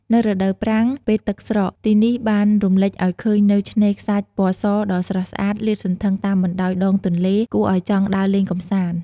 នៅរដូវប្រាំង ពេលទឹកស្រក ទីនេះបានរំលេចឲឃើញនូវឆ្នេខ្សាច់ពណ៌សដ៏ស្រស់ស្អាត លាតសន្ធឹង តាមបណ្តោយដងទន្លេ គួរឲ្យចង់ដើរលេងកំសាន្ត។